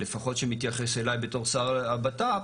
לפחות כשמתייחס אליי בתור שר הבט"פ,